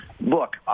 look